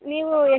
ನೀವು ಎ